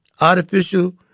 artificial